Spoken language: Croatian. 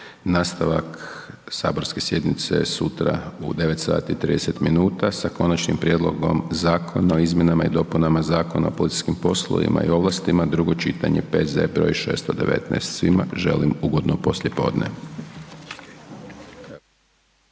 Nastavak saborske sjednice je sutra u 9,30h sa Konačnim prijedlogom Zakona o izmjenama i dopunama Zakona o policijskim poslovima i ovlastima, drugo čitanje, P.Z. br. 619. Svima želim ugodno poslijepodne.